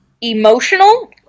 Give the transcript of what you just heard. emotional